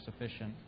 sufficient